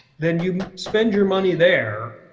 then you spend your money there.